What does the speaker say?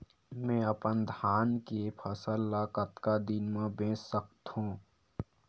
मैं अपन धान के फसल ल कतका दिन म बेच सकथो?